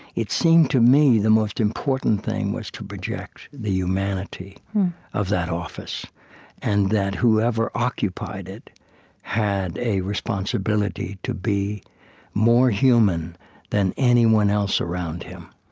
it seemed to me the most important thing was to project the humanity of that office and that whoever occupied it had a responsibility to be more human than anyone else around him,